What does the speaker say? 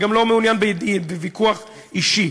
ואני גם לא מעוניין בוויכוח אישי,